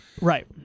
Right